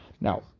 Now